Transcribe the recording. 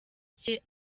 cye